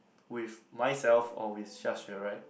with myself or with Xia-xue right